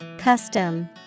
Custom